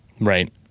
Right